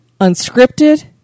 unscripted